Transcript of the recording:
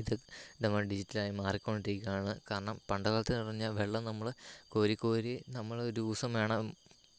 ഇത് നമ്മൾ ഡിജിറ്റലായി മാറിക്കൊണ്ടിരിക്കുവാണ് കാരണം പണ്ട്കാലത്തെന്ന് പറഞ്ഞാൽ വെള്ളം നമ്മൾ കോരിക്കോരി നമ്മൾ ഒരു ദിവസം വേണം